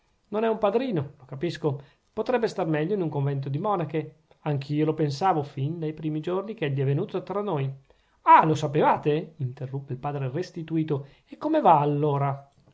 non è un padrino lo capisco potrebbe star meglio in un convento di monache anch'io lo pensavo fin dai primi giorni ch'egli è venuto fra noi ah lo sapevate interruppe il padre restituto e come va allora